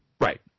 Right